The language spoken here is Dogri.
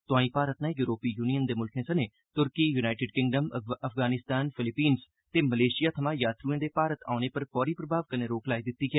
तोआई भारत नै यूरोपी यूनियन दे मुल्खें सने तुर्की यूनाईटेड किंगडम अफगानिस्तान फिलीपीन्स ते मलेशिया थमां यात्रुएं दे भारत औने पर फौरी प्रभाव कन्नै रोक लाई दित्ती ऐ